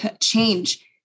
change